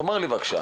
תאמר לי בבקשה,